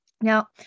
Now